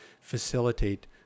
facilitate